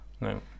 no